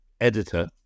editor